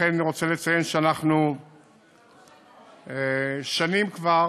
לציין שאנחנו שנים כבר